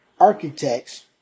architects